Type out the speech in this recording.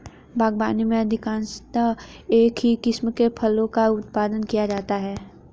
बागवानी में अधिकांशतः एक ही किस्म के फलों का उत्पादन किया जाता है